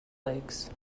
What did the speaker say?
legs